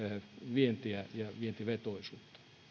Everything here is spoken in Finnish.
vientiä ja vientivetoisuutta